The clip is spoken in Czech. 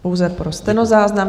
Pouze po stenozáznam.